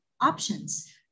options